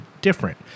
different